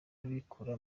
bikura